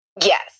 Yes